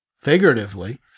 figuratively